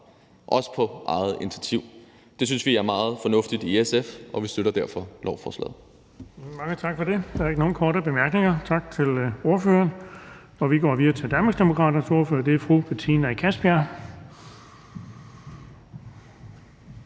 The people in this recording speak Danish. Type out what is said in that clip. også på eget initiativ. Det synes vi i SF er meget fornuftigt, og vi støtter derfor lovforslaget.